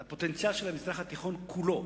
על הפוטנציאל של המזרח התיכון כולו,